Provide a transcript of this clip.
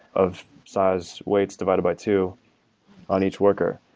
of size weights divided by two on each worker.